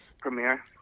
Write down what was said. premiere